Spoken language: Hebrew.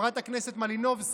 חברת הכנסת מלינובסקי,